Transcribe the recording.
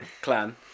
Clan